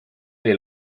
neli